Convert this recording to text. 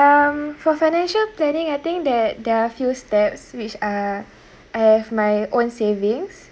um for financial planning I think that there are a few steps which err I have my own savings